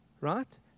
right